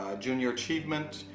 ah junior achievement,